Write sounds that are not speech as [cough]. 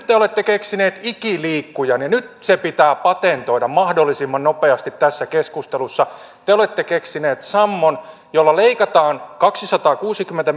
te te olette keksineet ikiliikkujan ja nyt se pitää patentoida mahdollisimman nopeasti tässä keskustelussa te olette keksineet sammon jolla leikataan kaksisataakuusikymmentä [unintelligible]